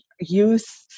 youth